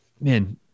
Man